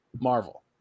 Marvel